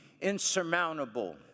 insurmountable